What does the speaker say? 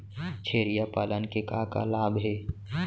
छेरिया पालन के का का लाभ हे?